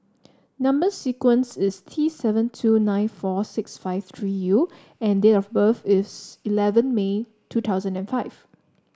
number sequence is T seven two nine four six five three U and date of birth is eleven May two thousand and five